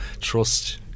Trust